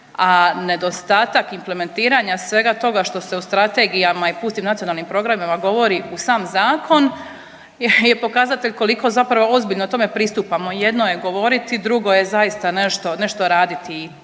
a nedostatak implementiranja svega toga što se u strategijama i pustim nacionalnim programima govori u sam zakon je pokazatelj koliko zapravo ozbiljno tome pristupamo. Jedno je govoriti drugo je zaista nešto, nešto